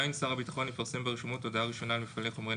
שר הביטחון יפרסם ברשומות הודעה ראשונה למפעלי חומרי